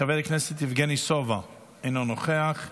חבר הכנסת יבגני סובה, אינו נוכח,